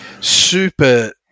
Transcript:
super